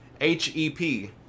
H-E-P